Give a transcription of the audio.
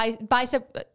bicep